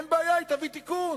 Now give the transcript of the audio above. אין בעיה, היא תביא תיקון,